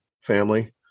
family